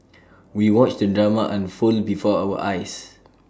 we watched the drama unfold before our eyes